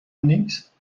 نیست